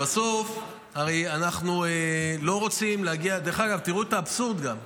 דרך אגב, תראו את האבסורד, גם,